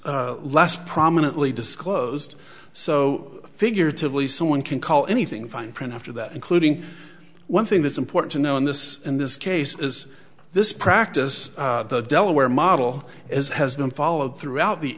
smaller less prominently disclosed so figurative least someone can call anything fine print after that including one thing that's important to know in this in this case is this practice the delaware model as has been followed throughout the